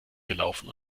gelaufen